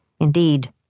indeed